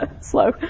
slow